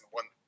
one